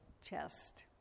Chest